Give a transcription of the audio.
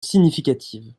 significative